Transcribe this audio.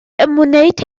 wneud